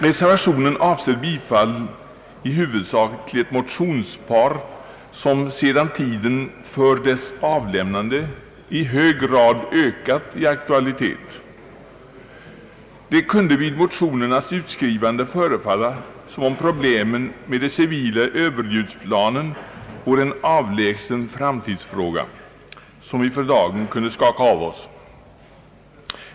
Reservationen avser i huvudsak bifall till ett motionspar som sedan tiden för dess avlämnande fått i hög grad ökad aktualitet. Det kunde vid motionernas utskrivande förefalla som om problemen med de civila överljudsplanen var en avlägsen framtidsfråga som vi för dagen kunde skaka av oss.